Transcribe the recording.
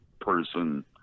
person